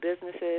businesses